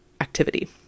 activity